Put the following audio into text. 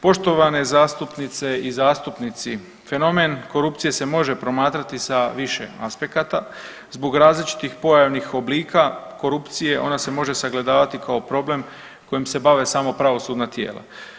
Poštovane zastupnice i zastupnici, fenomen korupcije se može promatrati sa više aspekata zbog različitih pojavnih oblika korupcije, ona se može sagledavati kao problem kojim se bave samo pravosudna tijela.